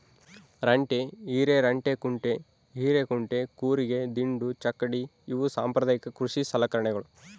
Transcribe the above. ರಂಟೆ ಹಿರೆರಂಟೆಕುಂಟೆ ಹಿರೇಕುಂಟೆ ಕೂರಿಗೆ ದಿಂಡು ಚಕ್ಕಡಿ ಇವು ಸಾಂಪ್ರದಾಯಿಕ ಕೃಷಿ ಸಲಕರಣೆಗಳು